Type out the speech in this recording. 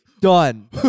Done